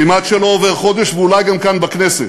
כמעט שלא עובר חודש, ואולי גם כאן בכנסת,